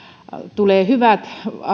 tulee hyvät